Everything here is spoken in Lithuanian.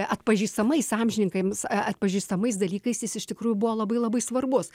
atpažįstamais amžininkams atpažįstamais dalykais jis iš tikrųjų buvo labai labai svarbus